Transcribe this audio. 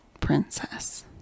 princess